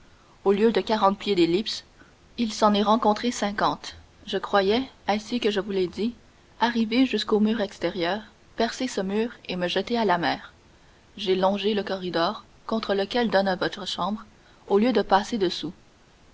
au lieu de quarante pieds d'ellipse il s'en est rencontré cinquante je croyais ainsi que je vous l'ai dit arriver jusqu'au mur extérieur percer ce mur et me jeter à la mer j'ai longé le corridor contre lequel donne votre chambre au lieu de passer dessous